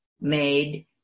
made